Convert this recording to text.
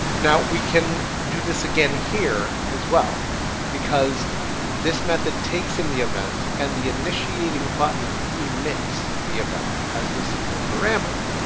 now we can do this again here as well because this method takes in the event, and the initiating button emits the event as the single parameter.